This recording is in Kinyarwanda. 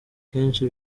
kenshi